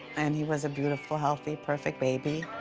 and he was a beautiful, healthy, perfect baby.